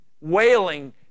wailing